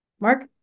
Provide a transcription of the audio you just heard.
Mark